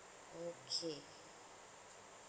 okay